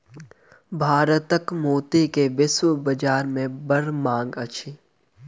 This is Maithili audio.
भारतक मोती के वैश्विक बाजार में बड़ मांग अछि